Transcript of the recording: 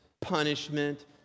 punishment